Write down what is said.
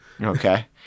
Okay